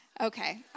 Okay